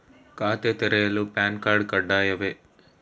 ಖಾತೆ ತೆರೆಯಲು PAN card ಕಡ್ಡಾಯವೇ?